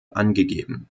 angegeben